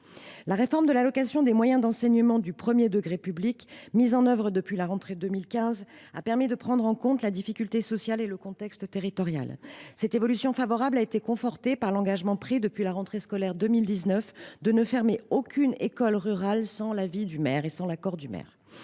La réforme de l’allocation des moyens d’enseignement du premier degré public, mise en œuvre depuis la rentrée 2015, a permis de prendre en compte la difficulté sociale et le contexte territorial. Cette évolution favorable a été confortée par l’engagement pris, depuis la rentrée scolaire 2019, de ne fermer aucune école rurale sans l’accord du maire.